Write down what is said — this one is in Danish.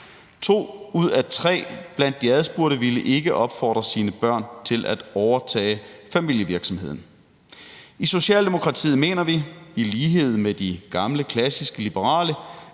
To ud af tre blandt de adspurgte ville ikke opfordre deres børn til at overtage familievirksomheden. I Socialdemokratiet mener vi i lighed med de gamle klassiske liberale,